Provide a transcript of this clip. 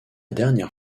dernière